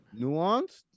Nuanced